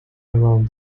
around